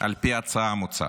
על פי ההצעה המוצעת.